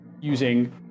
using